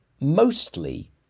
mostly